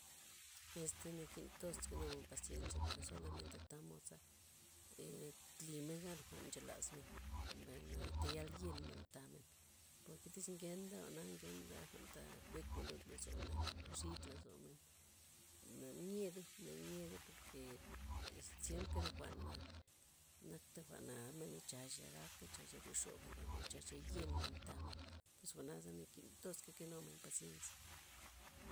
Este nakin tos kenum pasiensia pork solamente tamod za ee tlimen gan jwa'n nchelazmen, mbayna tayal yenmen tamen porke tiz ngenta jwa'na ngenta jwa'n ta kuekmen lud lozon naxid lozomen, nanyedey, nadyedey pork es ziemka zi jwa'na nakta jwa'na gabmen chacha gaka chacha ryoxoba thi jwa'n chacha yenmen tamen iz jwa'na nakin toz kenumen paziensia